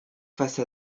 face